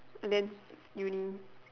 and then uni